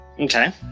Okay